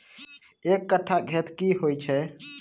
एक कट्ठा खेत की होइ छै?